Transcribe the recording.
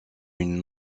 une